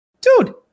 dude